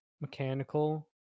mechanical